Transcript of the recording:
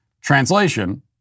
Translation